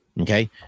Okay